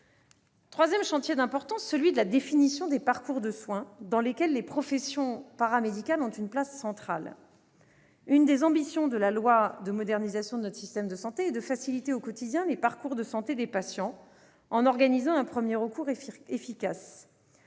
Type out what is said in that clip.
Deuxième chantier d'importance, celui de la définition de parcours de soins, dans lesquels les professions paramédicales ont une place centrale. L'une des ambitions de la loi de modernisation de notre système de santé est de faciliter au quotidien les parcours de santé des patients, en organisant un premier recours efficace.